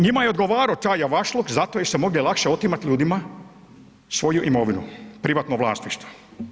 Njima je odgovarao taj javašluk, zato im je ovdje lakše otimati ljudima svoju imovinu, privatno vlasništvo.